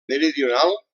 meridional